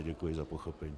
Děkuji za pochopení.